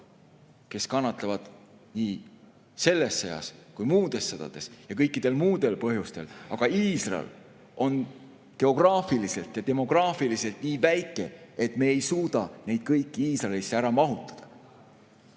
kes kannatavad nii selles sõjas kui ka muudes sõdades ja kõikidel muudel põhjustel, aga Iisrael on geograafiliselt ja demograafiliselt nii väike, et me ei suuda neid kõiki Iisraelisse ära mahutada."